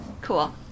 Cool